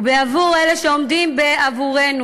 ובעבור אלה שעומדים בעבורנו,